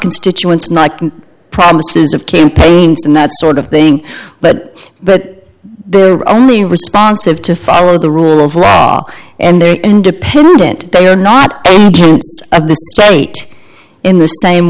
constituents not promises of campaigns and that sort of thing but but they're only responsive to follow the rule of law and they're independent they are not of the state in the same